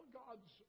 gods